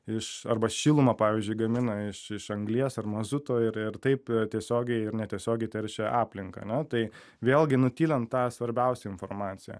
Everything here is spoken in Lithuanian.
iš arba šilumą pavyzdžiui gamina iš iš anglies ar mazuto ir ir taip tiesiogiai ir netiesiogiai teršia aplinką a ne tai vėlgi nutylim tą svarbiausią informaciją